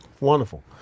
Wonderful